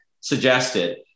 suggested